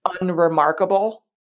unremarkable